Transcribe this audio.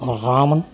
Raman